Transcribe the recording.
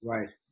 Right